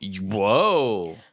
Whoa